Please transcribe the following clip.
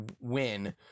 win